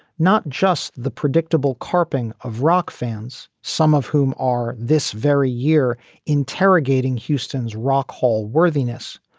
not just the predictable carping of rock fans, some of whom are this very year interrogating houston's rock hall worthiness,